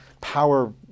power